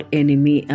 enemy